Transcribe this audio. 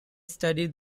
studied